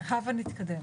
הבה נתקדם.